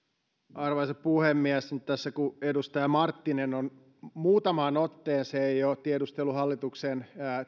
arvoisa puhemies kun edustaja marttinen on tässä nyt muutamaan otteeseen jo tiedustellut hallituksen